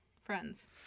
Friends